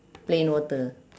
plain water